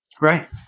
Right